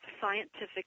scientific